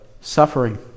suffering